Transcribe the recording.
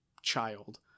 child